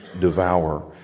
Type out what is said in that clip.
devour